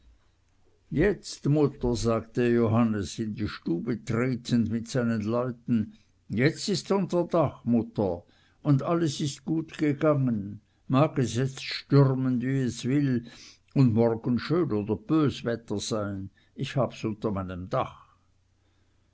jetzt mutter sagte johannes in die stube tretend mit seinen leuten jetzt ists unter dach mutter und alles ist gut gegangen mag es jetzt stürmen wie es will und morgen schön oder bös wetter sein ich habs unter meinem dach